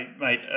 mate